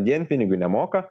dienpinigių nemoka